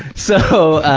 so,